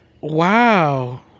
Wow